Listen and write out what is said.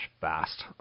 fast